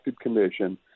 Commission